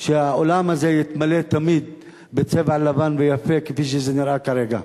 שהאולם הזה יתמלא תמיד בצבע לבן ויפה כפי שזה נראה כרגע.